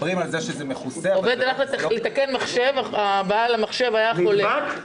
עובד הלך לתקן מחשב, בעל המחשב היה חולה.